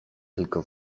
tylko